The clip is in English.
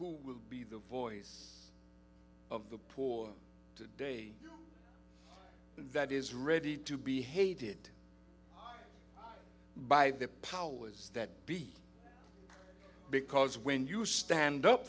who will be the voice of the poor to day that is ready to be hated by the powers that be because when you stand up